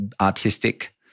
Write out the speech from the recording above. artistic